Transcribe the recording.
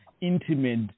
intimate